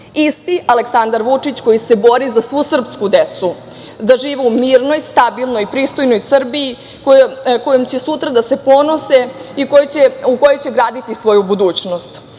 Isti Aleksandar Vučić koji se bori za svu srpsku decu, da žive u mirnoj, stabilnoj, pristojnoj Srbiji kojom će sutra da se ponose i u kojoj će graditi svoju budućnost,